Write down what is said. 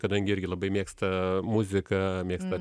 kadangi irgi labai mėgsta muziką mėgsta